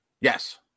Yes